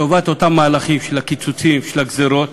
לטובת אותם מהלכים של הקיצוצים, של הגזירות,